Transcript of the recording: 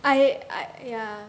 I I yeah